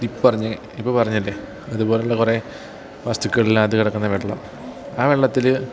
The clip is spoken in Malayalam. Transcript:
ഇ പറഞ്ഞ് ഇപ്പം പറഞ്ഞില്ലേ അതു പോലെയുള്ള കുറേ വസ്തുക്കളിനകത്തു കിടക്കുന്ന വെള്ളം ആ വെള്ളത്തിൽ